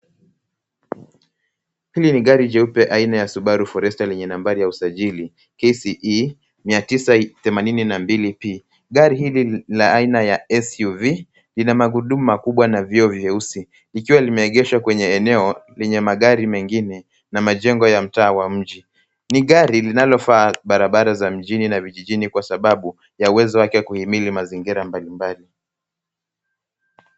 Hili ni gari jeupe aina ya Subaru Forester lenye nambari ya usajili KCE 982P. Gari hii la aina SUV linamagurudumu makubwa na vioo vyeusi vikiwa limeegeshwa kwenye eneo lenye magari mengine na majengo ya mtaa wa mji. Ni gari linalo faa barabara za mjini na vijijini kwa sababu ya uwezo wake kuimili mazingira ya mbalimbali.